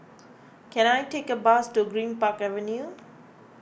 can I take a bus to Greenpark Avenue